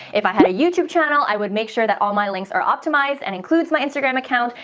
if i had a youtube channel, i would make sure that all my links are optimized and includes my instagram account.